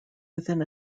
within